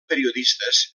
periodistes